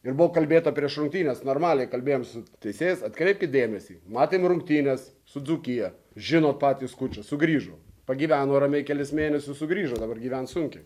ir buvo kalbėta prieš rungtynes normaliai kalbėjom su teisėjais atkreipkit dėmesį matėm rungtynes su dzūkija žinot patys kur čia sugrįžo pagyveno ramiai kelis mėnesius sugrįžo dabar gyvens sunkiai